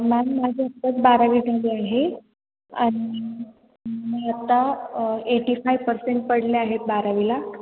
ma'am माझी आत्ताच बारावी झाली आहे आणि म आत्ता एटी फाईव पर्सेंट पडले आहेत बारावीला